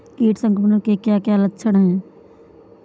कीट संक्रमण के क्या क्या लक्षण हैं?